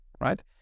right